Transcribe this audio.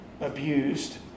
abused